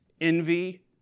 envy